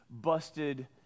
busted